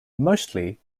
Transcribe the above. mostly